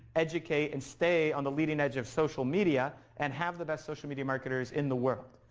educate and stay on the leading edge of social media and have the best social media marketers in the world.